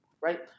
Right